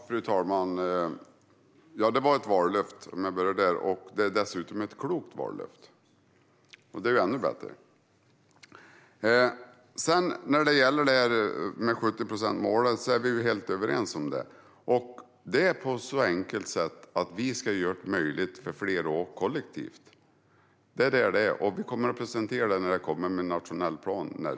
Fru talman! Ja, det är ett vallöfte. Det är dessutom ett klokt vallöfte, och då är det ännu bättre. 70-procentsmålet är vi helt överens om. Vi ska helt enkelt göra det möjligt för fler att åka kollektivt. Vi kommer att presentera förslaget närmare när den nationella planen kommer.